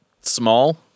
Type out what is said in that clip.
small